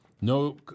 no